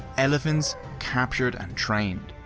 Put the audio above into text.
elephants captured and trained.